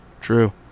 true